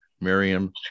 Miriam